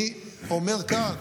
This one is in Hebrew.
אני אומר כאן,